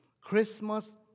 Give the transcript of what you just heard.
Christmas